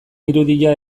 irudia